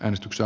äänestyksiä